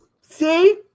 See